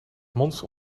monster